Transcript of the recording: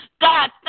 God